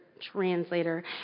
Translator